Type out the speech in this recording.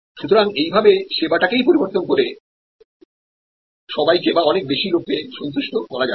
সুতরাং এইভাবে পরিষেবা টাকেই পরিবর্তন করে সবাইকে বা অনেক বেশি লোককে সন্তুষ্ট করা যাচ্ছে